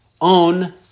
own